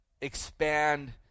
expand